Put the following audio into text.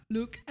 Look